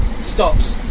Stops